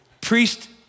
Priest